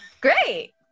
Great